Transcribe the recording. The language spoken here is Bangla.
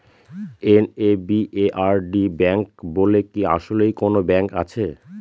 এন.এ.বি.এ.আর.ডি ব্যাংক বলে কি আসলেই কোনো ব্যাংক আছে?